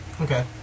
Okay